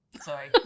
Sorry